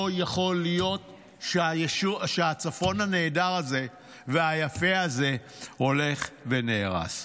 לא יכול להיות שהצפון הנהדר הזה והיפה הזה הולך ונהרס.